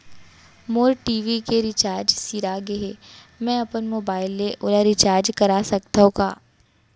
मोर TV के recharge सिरा गे हे, मैं अपन मोबाइल ले ओला रिचार्ज करा सकथव का?